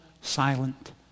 silent